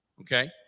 Okay